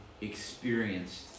experienced